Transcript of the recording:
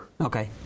Okay